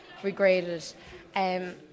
regraded